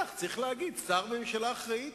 כך צריך להגיד שר בממשלה אחראית,